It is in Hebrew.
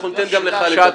אנחנו ניתן גם לך לדבר.